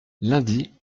lundi